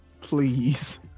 please